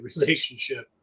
relationship